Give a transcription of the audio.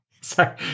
Sorry